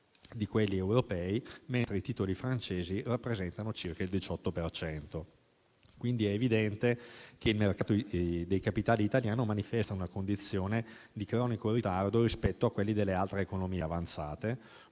di quelli europei, mentre i titoli francesi rappresentano circa il 18 per cento. Quindi, è evidente che il mercato dei capitali italiano manifesta una condizione di cronico ritardo rispetto a quelli delle altre economie avanzate,